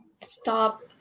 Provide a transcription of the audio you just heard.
stop